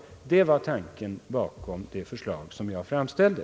Det var tanken bakom det förslag som jag framställde.